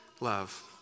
love